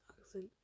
accent